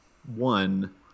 one